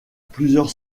plusieurs